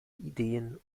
ideen